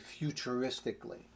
futuristically